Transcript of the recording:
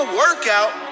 workout